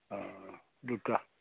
हॅं दुटा